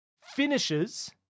Finishes